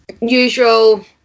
Usual